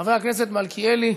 חבר הכנסת מלכיאלי,